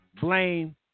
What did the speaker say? blame